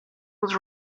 was